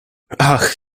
ach